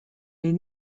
les